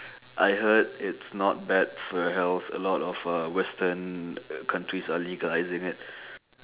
I heard it's not bad for health a lot of uh western countries are legalising it